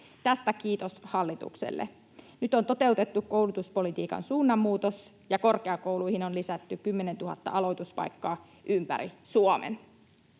Tästä kiitos hallitukselle. Nyt on toteutettu koulutuspolitiikan suunnanmuutos ja korkeakouluihin on lisätty 10 000 aloituspaikkaa ympäri Suomen.